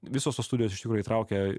visos tos studijos iš tikrųjų įtraukia